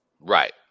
Right